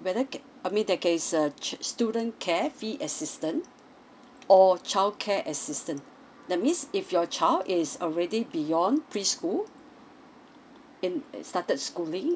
whether can I mean in that case uh st~ student care fee assistance or childcare assistance that means if your child is already beyond preschool and uh started schooling